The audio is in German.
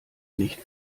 nicht